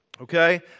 okay